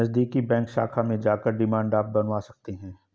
नज़दीकी बैंक शाखा में जाकर डिमांड ड्राफ्ट बनवा सकते है